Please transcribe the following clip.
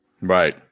Right